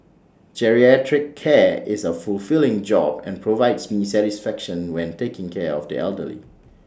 geriatric care is A fulfilling job and provides me satisfaction when taking care of the elderly